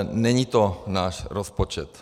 Není to náš rozpočet.